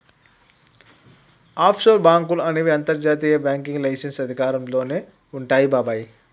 offshore బాంకులు అనేవి అంతర్జాతీయ బ్యాంకింగ్ లైసెన్స్ అధికారంలోనే వుంటాయి బాబాయ్